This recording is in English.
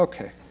ok.